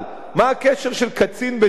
מה הקשר של קצין בצה"ל,